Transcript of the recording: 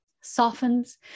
softens